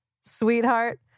sweetheart